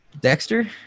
Dexter